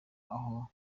aho